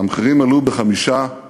המחירים עלו ב-5.6%.